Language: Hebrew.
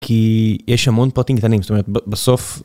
כי יש המון פרטים קטנים, זאת אומרת בסוף